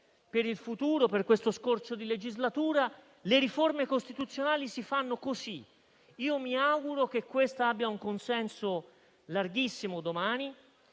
per il futuro, per questo scorcio di legislatura. Le riforme costituzionali si fanno così. Io mi auguro che questa riceva un consenso larghissimo domani